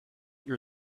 your